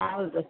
ಹಾಂ ಹೌದು